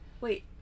wait